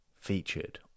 featured